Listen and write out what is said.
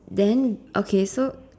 then okay so